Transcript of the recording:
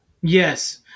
Yes